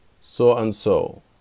so-and-so